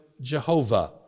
Jehovah